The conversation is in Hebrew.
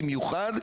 במיוחד,